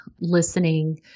listening